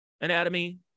anatomy